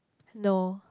no